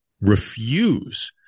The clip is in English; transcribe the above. refuse